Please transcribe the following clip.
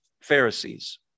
Pharisees